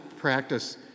practice